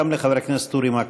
גם לחבר הכנסת אורי מקלב.